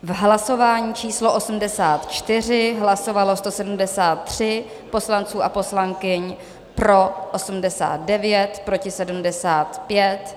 V hlasování číslo 84 hlasovalo 173 poslanců a poslankyň, pro 89, proti 75.